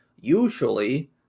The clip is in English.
Usually